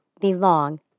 belong